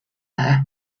there